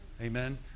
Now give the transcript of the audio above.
Amen